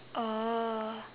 oh